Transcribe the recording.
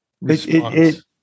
response